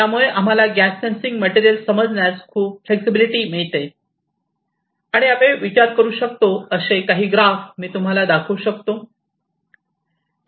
यामुळे आम्हाला gas sensing material समजण्यास खूप फ्लेक्सिबिलिटी मिळते आणि आम्ही विचार करू शकू असे काही ग्राफ मी तुम्हाला दाखवू शकतो